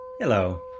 Hello